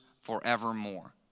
forevermore